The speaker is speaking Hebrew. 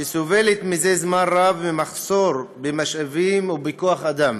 שסובלת זה זמן רב ממחסור במשאבים ובכוח אדם,